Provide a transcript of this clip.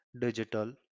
digital